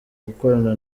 gukorana